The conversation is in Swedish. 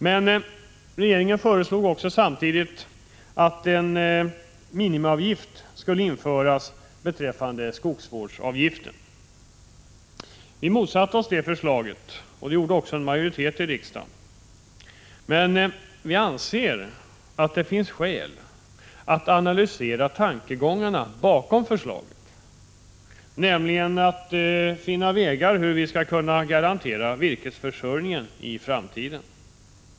Men samtidigt har regeringen också föreslagit att en minimiavgift införs beträffande skogsvårdsavgiften. Det förslaget har vi motsatt oss och det har också en majoritet i riksdagen gjort. Vi anser dock att det finns skäl att analysera tankegångarna bakom förslaget. Det gäller nämligen att komma fram till hur vi i framtiden skall kunna garantera virkesförsörjningen.